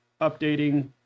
updating